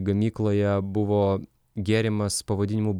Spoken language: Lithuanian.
gamykloje buvo gėrimas pavadinimu